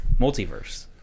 multiverse